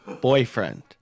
boyfriend